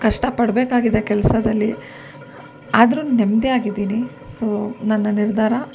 ಕಷ್ಟ ಪಡಬೇಕಾಗಿದೆ ಕೆಲಸದಲ್ಲಿ ಆದರೂ ನೆಮ್ಮದಿ ಆಗಿದ್ದೀನಿ ಸೊ ನನ್ನ ನಿರ್ಧಾರ